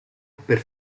per